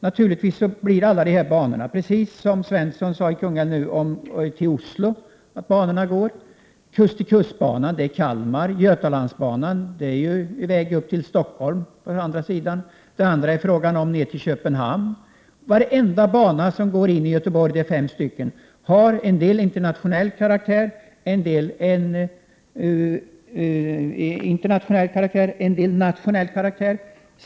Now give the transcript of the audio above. Alla banor — banan till Oslo, kust-till-kust-banan från Kalmar, Götalandsbanan till Stockholm, banan till Köpenhamn som går in till Göteborg har internationell eller nationell karaktär.